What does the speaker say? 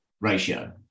ratio